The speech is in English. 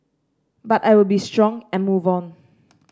but I will be strong and move on